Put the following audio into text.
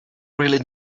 really